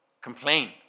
complain